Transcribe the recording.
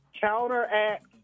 counteract